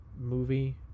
movie